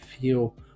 feel